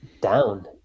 down